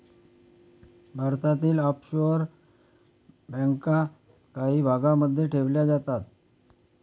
भारतातील ऑफशोअर बँका काही भागांमध्ये ठेवल्या जातात